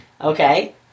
Okay